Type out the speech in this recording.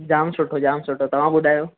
जामु सुठो जामु सुठो तव्हां ॿुधायो